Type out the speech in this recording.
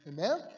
Amen